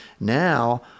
Now